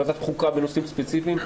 לוועדת חוקה בנושאים ספציפיים,